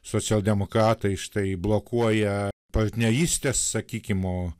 socialdemokratai štai blokuoja partnerystės sakykim o